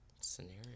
scenario